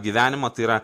gyvenimą tai yra